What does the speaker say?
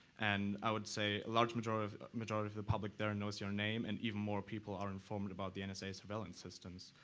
and i would say a large majority of majority of the public there and knows your name, and even more people are informed about the and nsa surveillance systems.